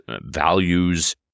values